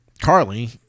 carly